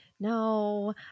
No